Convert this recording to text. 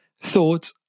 thought